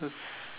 that's